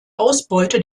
ausbeute